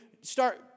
start